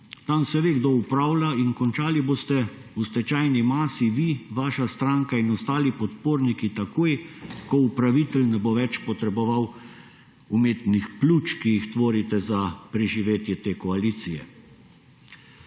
tam se ve, kdo upravlja in končali boste v stečajni masi vi, vaša stranka in ostali podporniki, takoj, ko upravitelj ne bo več potreboval umetnih pljuč, ki jih tvorite za preživetje te koalicije.